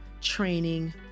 training